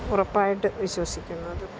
ഉറപ്പായിട്ട് വിശ്വസിക്കുന്നത്